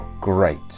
great